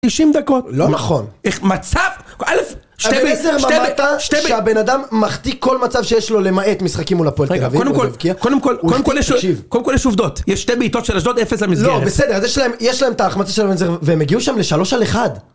90 דקות? לא נכון איך מצב? אלף... שתי בעצם שתי בעצם שתי בעצם - אתה בעצם אמרת שהבן אדם מחטיא כל מצב שיש לו למעט משחקים מול הפועל תל אביב. הוא מבקיע רגע קודם כל קודם כל קודם כל קודם כל יש עובדות יש שתי בעיטות של אשדוד אפס למסגרת לא בסדר אז יש להם... יש להם את ההחמצה של והם הגיעו שם לשלוש על אחד